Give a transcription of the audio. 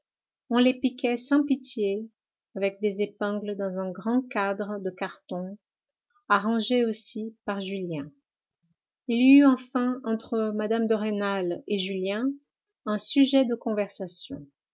on les piquait sans pitié avec des épingles dans un grand cadre de carton arrangé aussi par julien il y eut enfin entre mme de rênal et julien un sujet de conversation